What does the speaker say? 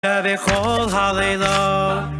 ובכל הלילות